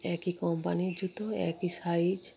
একই কোম্পানির জুতো একই সাইজ